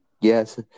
yes